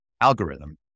algorithm